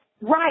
Right